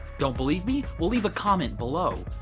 don't believe me? well, leave a comment below.